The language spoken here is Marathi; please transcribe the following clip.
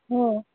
हो